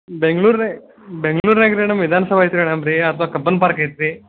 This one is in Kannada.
ಬೆಂಗ್ಳೂರ್ದಾಗ್ ಬೆಂಗ್ಳೂರ್ನಾಗ ಮೇಡಮ್ ವಿಧಾನ ಸೌಧ ಐತೆ ಮೇಡಮ್ ರೀ ಕಬ್ಬನ್ ಪಾರ್ಕ್ ಐತ್ರೀ